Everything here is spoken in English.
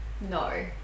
No